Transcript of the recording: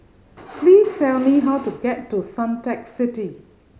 please tell me how to get to Suntec City